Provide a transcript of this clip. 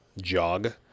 Jog